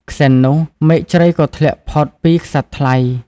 ក្សិណនោះ មែកជ្រៃក៏ធ្លាក់ផុតពីក្សត្រថ្លៃ។